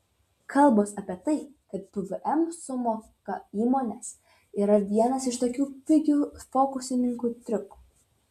kalbos apie tai kad pvm sumoka įmonės yra vienas iš tokių pigių fokusininkų triukų